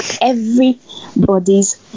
Everybody's